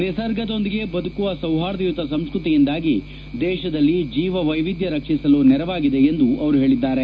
ನಿಸರ್ಗದೊಂದಿಗೆ ಬದುಕುವ ಸೌಹಾರ್ದಯುತ ಸಂಸ್ಕೃತಿಯಿಂದಾಗಿ ದೇಶದಲ್ಲಿ ಜೀವ ವೈವಿಧ್ಯ ರಕ್ಷಿಸಲು ನೆರವಾಗಿದೆ ಎಂದು ಅವರು ಹೇಳಿದ್ದಾರೆ